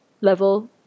level